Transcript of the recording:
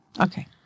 Okay